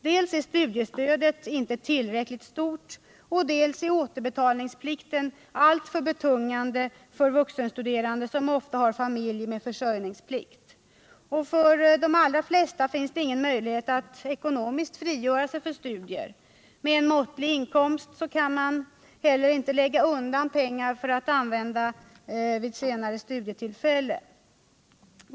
Dels är studiestödet inte tillräckligt stort, dels är återbetalningsplikten alltför betungande för en vuxenstuderande, som ofta har familj och försörjningsplikt. För de allra flesta finns det ingen möj lighet att ekonomiskt frigöra sig för studier. Med en måttlig inkomst kan man inte heller lägga undan pengar för att använda vid senare studietillfällen.